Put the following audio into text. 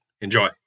Enjoy